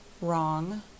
Wrong